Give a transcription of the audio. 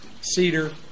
cedar